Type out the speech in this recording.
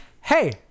Hey